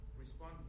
respond